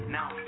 now